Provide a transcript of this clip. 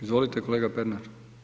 Izvolite kolega Pernar.